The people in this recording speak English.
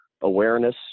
awareness